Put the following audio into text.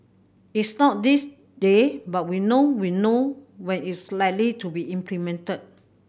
it's not this day but now we know we know when it's likely to be implemented